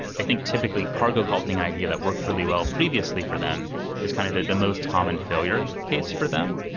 i think, typically, cargo culting idea that works really well previously for them is kind of the the most common failure case for them.